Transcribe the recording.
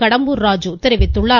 கடம்பூர் ராஜு தெரிவித்துள்ளார்